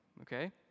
okay